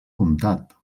comtat